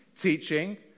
teaching